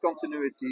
continuity